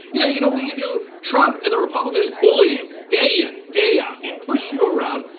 yeah you know what you do? trump and the republicans bully you, day in day out, they push you around.